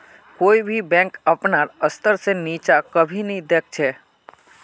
कोई भी बैंक अपनार स्तर से नीचा कभी नी दख छे